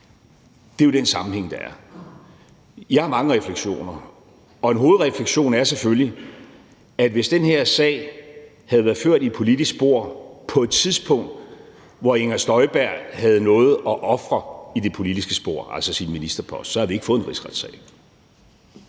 Det er jo den sammenhæng, der er. Jeg har mange refleksioner, og en hovedrefleksion er selvfølgelig, at hvis den her sag havde været ført i et politisk spor på et tidspunkt, hvor Inger Støjberg havde noget at ofre i det politiske spor, altså sin ministerpost, havde vi ikke fået en rigsretssag.